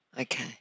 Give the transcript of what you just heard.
Okay